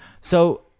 So-